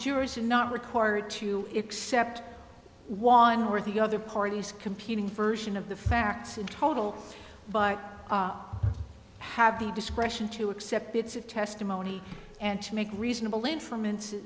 jurors are not required to except one or the other parties competing fersen of the facts in total but have the discretion to accept bits of testimony and to make reasonable informants